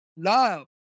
Love